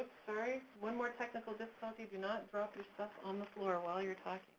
sorry, one more technical difficulty, do not drop your stuff on the floor while you're talking